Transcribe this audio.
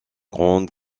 grande